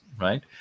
right